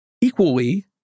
equally